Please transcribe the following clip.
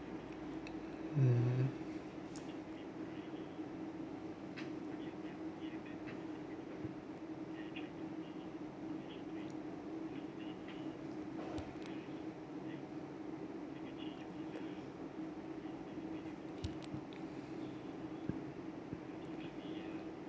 mm